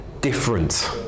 different